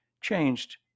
changed